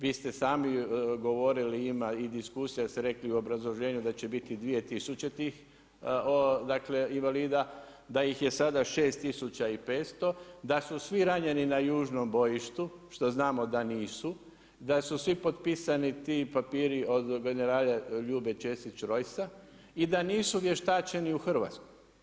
Vi ste sami govorili ima i diskusija ste rekli u obrazloženju da će biti 2000 tih invalida, da ih je sada 6500, da su svi ranjeni na južnom bojištu što znamo da nisu, da su svi potpisani ti papiri od generala Ljube Ćesić Rojsa i da nisu vještačeni u Hrvatskoj.